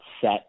set